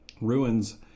Ruins